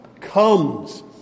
comes